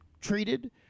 treated